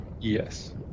yes